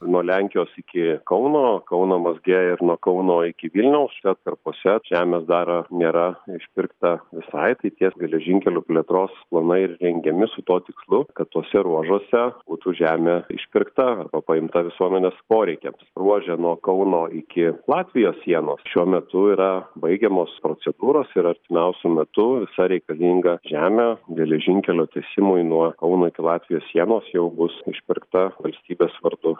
nuo lenkijos iki kauno kauno mazge ir nuo kauno iki vilniaus atkarpose žemės dar nėra išpirkta visai ateities geležinkelių plėtros planai ir rengiami su tuo tikslu kad tuose ruožuose būtų žemė išpirkta arba paimta visuomenės poreikiams ruože nuo kauno iki latvijos sienos šiuo metu yra baigiamos procedūros ir artimiausiu metu visa reikalinga žemė geležinkelio tiesimui nuo kauno iki latvijos sienos jau bus išpirkta valstybės vardu